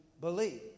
believe